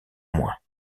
moins